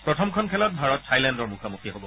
প্ৰথমখন খেলত ভাৰত থাইলেণ্ডৰ মুখামুখি হ'ব